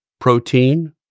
protein